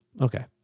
Okay